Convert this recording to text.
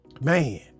Man